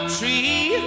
tree